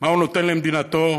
מה הוא נותן למדינתו,